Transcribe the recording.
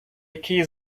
якій